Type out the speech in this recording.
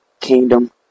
Kingdom